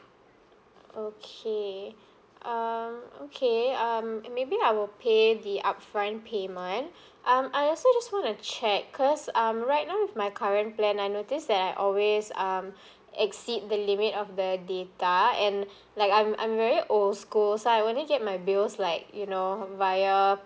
okay um okay um maybe I will pay the upfront payment um I also just want to check cause um right now with my current plan I notice that I always um exceed the limit of the data and like I'm I'm very old school so I only get my bills like you know via